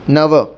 नव